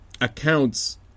accounts